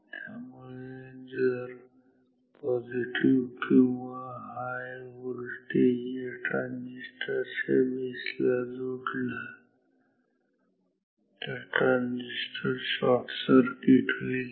त्यामुळे जर पॉझिटिव्ह किंवा हाय व्होल्टेज या ट्रांजिस्टर च्या बेसला जोडला तर ट्रांजिस्टर शॉर्टसर्किट होईल